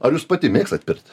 ar jūs pati mėgstat pirtį